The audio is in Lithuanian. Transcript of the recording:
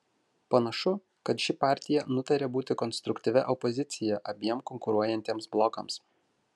panašu kad ši partija nutarė būti konstruktyvia opozicija abiem konkuruojantiems blokams